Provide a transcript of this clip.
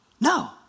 No